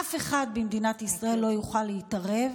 אף אחד במדינת ישראל לא יוכל להתערב